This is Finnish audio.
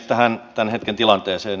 tähän tämän hetken tilanteeseen